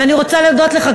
ואני רוצה להודות לך,